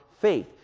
faith